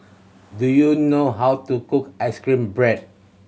do you know how to cook ice cream bread